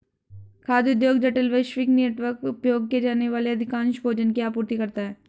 खाद्य उद्योग जटिल, वैश्विक नेटवर्क, उपभोग किए जाने वाले अधिकांश भोजन की आपूर्ति करता है